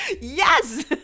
yes